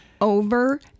over